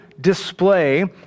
display